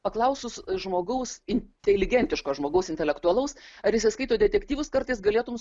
paklausus žmogaus inteligentiško žmogaus intelektualaus ar jisai skaito detektyvus kartais galėtum